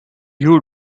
you